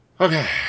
Okay